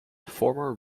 former